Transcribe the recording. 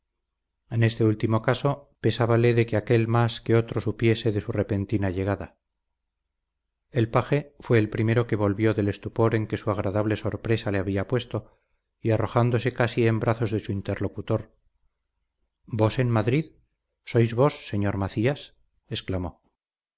en este último caso pesábale de que aquél más que otro supiese de su repentina llegada el paje fue el primero que volvió del estupor en que su agradable sorpresa le había puesto y arrojándose casi en brazos de su interlocutor vos en madrid sois vos señor macías exclamó